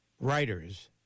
writers